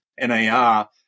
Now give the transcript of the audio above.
NAR